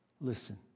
Listen